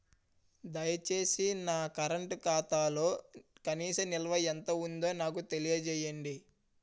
దయచేసి నా కరెంట్ ఖాతాలో కనీస నిల్వ ఎంత ఉందో నాకు తెలియజేయండి